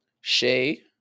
Shay